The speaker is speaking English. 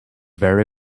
very